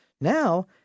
Now